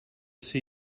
see